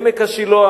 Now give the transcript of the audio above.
עמק השילוח.